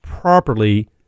properly